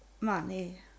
money